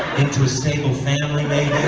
into a stable family maybe?